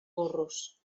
burros